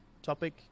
topic